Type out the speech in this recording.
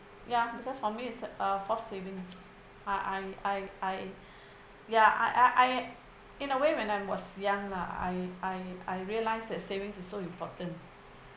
ya because for me is a force savings I I I I ya I I I in a way when I'm was young lah I I I realise that savings is so important